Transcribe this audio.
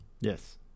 Yes